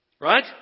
Right